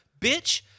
bitch